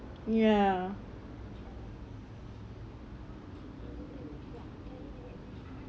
ya